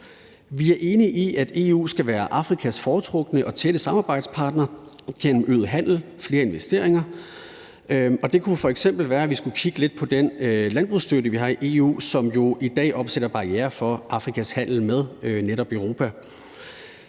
Vi er enige i, at EU skal være Afrikas foretrukne og tætte samarbejdspartner gennem øget handel og flere investeringer, og det kunne f.eks. være, at vi skulle kigge lidt på den landbrugsstøtte, vi har i EU, som jo i dag opsætter barrierer for Afrikas handel med netop Europa.